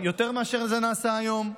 יותר מאשר איך שזה נעשה היום,